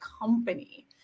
company